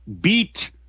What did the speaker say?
beat